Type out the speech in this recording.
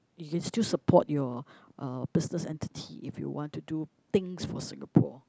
you can still support your uh business entity if you want to do things for Singapore